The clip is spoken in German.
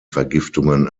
vergiftungen